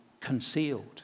concealed